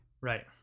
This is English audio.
Right